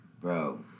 Bro